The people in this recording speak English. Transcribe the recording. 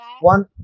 one